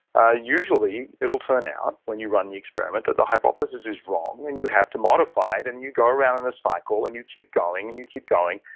ah usually it will turn out when you run the experiment that the hypothesis is wrong and you have to modify it and you go around in a cycle and you keep going, and you keep going,